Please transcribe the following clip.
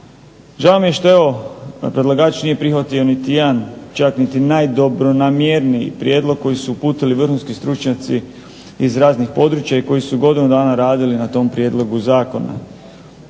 Žao mi je što evo predlagač nije prihvatio niti jedan čak niti najdobronamjerniji prijedlog koji su uputili vrhunski stručnjaci iz raznih područja i koji su godinu dana radili na tom prijedlogu zakona.